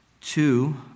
Two